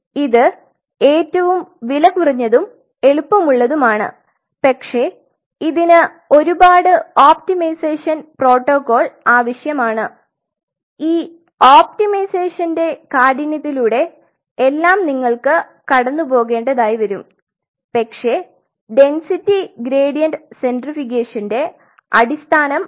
ഇത് ഏറ്റവും വിലകുറഞ്ഞതും എളുപ്പമുള്ളതുമാണ് പക്ഷേ ഇതിന് ഒരുപാട് ഒപ്റ്റിമൈസേഷൻ പ്രോട്ടോക്കോൾ ആവശ്യമാണ് ഈ ഒപ്റ്റിമൈസേഷന്റെ കാഠിന്യത്തിലൂടെ എല്ലാം നിങ്ങൾക്ക് കടന്നുപോകേണ്ടതായി വരും പക്ഷേ ഡെന്സിറ്റി ഗ്രേഡിയന്റ് സെൻട്രിഫ്യൂഗേഷന്റെ അടിസ്ഥാനം ഇതാണ്